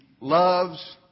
loves